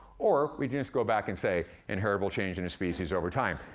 or we can just go back and say, inheritable change in a species over time,